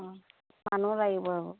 অঁ মানুহ লাগিব আৰু